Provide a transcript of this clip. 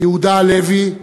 יהודה הלוי,